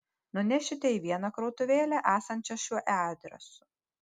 nunešite į vieną krautuvėlę esančią šiuo adresu